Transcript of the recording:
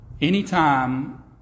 Anytime